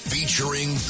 Featuring